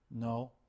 No